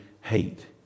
hate